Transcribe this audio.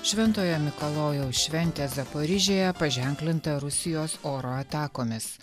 šventojo mikalojaus šventė zaporižėje paženklinta rusijos oro atakomis